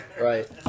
Right